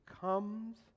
comes